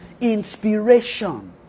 inspiration